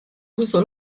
użu